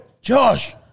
Josh